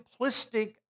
simplistic